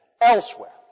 elsewhere